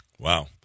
Wow